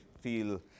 feel